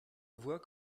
voit